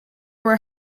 were